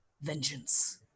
Vengeance